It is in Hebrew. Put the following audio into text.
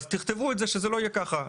אז תכתבו את זה שזה לא יהיה ככה.